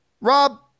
Rob